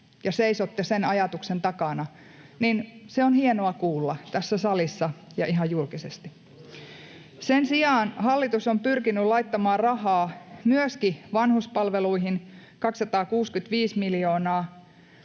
ja seisotte sen ajatuksen takana, niin se on hienoa kuulla tässä salissa ja ihan julkisesti. Sen sijaan hallitus on pyrkinyt laittamaan rahaa myöskin vanhuspalveluihin, 265 miljoonaa,